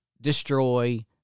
destroy